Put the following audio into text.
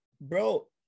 bro